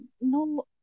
No